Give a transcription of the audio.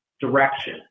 direction